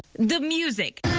the music,